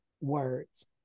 words